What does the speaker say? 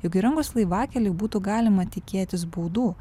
jog įrengus laivakelį būtų galima tikėtis baudų